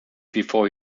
before